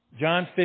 John